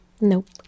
Nope